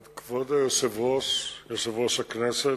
כבוד יושב-ראש הכנסת,